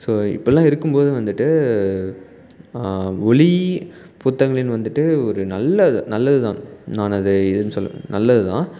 so இப்படில்லாம் இருக்கும் போது வந்துட்டு ஒலி புத்தகங்களில் வந்துட்டு ஒரு நல்லது நல்லது தான் நான் அதை எதுவும் சொல்லல நல்லது தான்